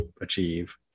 achieve